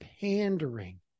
pandering